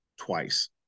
twice